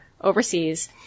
overseas